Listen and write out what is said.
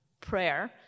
prayer